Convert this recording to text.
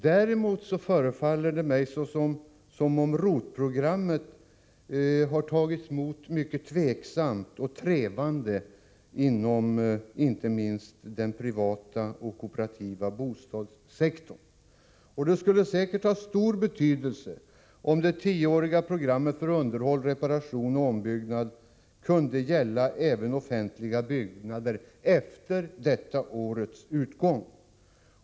Däremot förefal ler det mig som om ROT-programmet har tagits emot mycket tveksamt och trevande inom inte minst den privata och kooperativa bostadssektorn. Det skulle säkert ha stor betydelse om det tioåriga programmet för 39 underhåll, reparation och ombyggnad kunde gälla offentliga byggnader även efter detta års utgång.